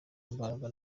imbaraga